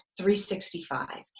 365